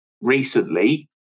recently